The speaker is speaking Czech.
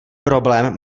problém